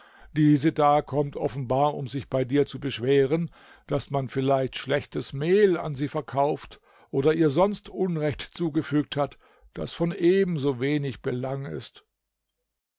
diese da kommt offenbar um sich bei dir zu beschweren daß man vielleicht schlechtes mehl an sie verkauft oder ihr sonst unrecht zugefügt hat das von ebenso wenig belang ist